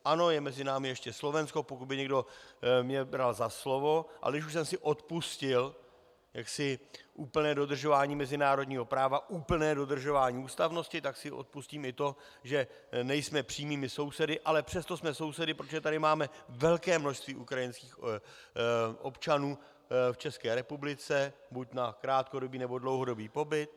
Ano, je mezi námi ještě Slovensko, pokud by mě někdo bral za slovo a když už jsem si odpustil jaksi úplně dodržování mezinárodního práva, úplné dodržování ústavnosti, tak si odpustím i to, že nejsme přímými sousedy, ale přesto jsme sousedy, protože tady máme velké množství ukrajinských občanů v České republice, buď na krátkodobý, nebo dlouhodobý pobyt.